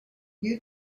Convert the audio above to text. you